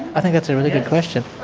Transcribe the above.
i think that's a really good question.